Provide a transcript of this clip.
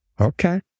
Okay